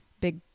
big